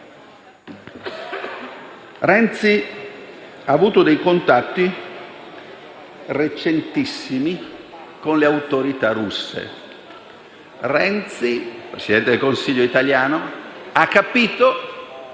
Renzi ha avuto dei contatti recentissimi con le autorità russe. Renzi, il Presidente del Consiglio italiano, ha capito